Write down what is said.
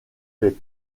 fait